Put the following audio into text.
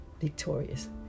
victorious